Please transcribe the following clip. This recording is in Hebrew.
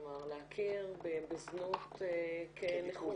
כלומר להכיר בזנות כנכות.